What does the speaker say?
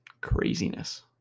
craziness